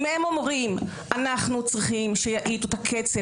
אם הם אומרים "אנחנו צריכים שיאטו את הקצב,